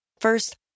First